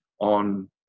on